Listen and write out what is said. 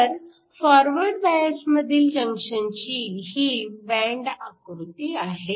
तर फॉरवर्ड बायसमधील जंक्शनची ही बँड आकृती आहे